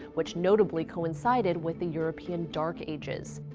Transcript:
which notably coincided with the european dark ages.